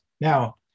Now